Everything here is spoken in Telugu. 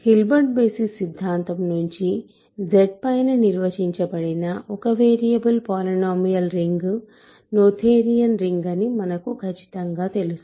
హిల్బర్ట్ బేసిస్ సిద్ధాంతం నుంచి Z పైన నిర్వచించబడిన ఒక వేరియబుల్ పాలినోమియల్ రింగ్ నోథేరియన్ అని మనకు ఖచ్చితంగా తెలుసు